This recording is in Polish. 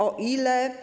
O ile?